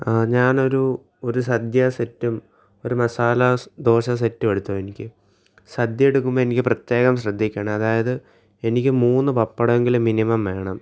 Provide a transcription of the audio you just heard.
ഞാനൊരു ഒരു സദ്യാ സെറ്റും ഒരു മസാല ദോശ സെറ്റും എടുത്തോ എനിക്ക് സദ്യ എടുക്കുമ്പോൾ എനിക്ക് പ്രത്യേകം ശ്രദ്ധിക്കണേ അതായത് എനിക്ക് മൂന്ന് പപ്പടം എങ്കിലും മിനിമം വേണം